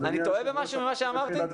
אני טועה במשהו ממה שאמרתי?